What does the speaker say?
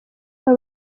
aba